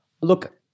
look